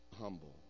humble